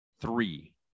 three